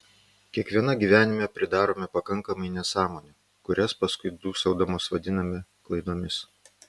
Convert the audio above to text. kiekviena gyvenime pridarome pakankamai nesąmonių kurias paskui dūsaudamos vadiname klaidomis